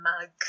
mug